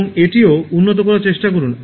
এবং এটিও উন্নত করার চেষ্টা করুন